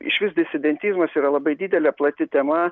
išvis disidentizmas yra labai didelė plati tema